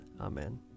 Amen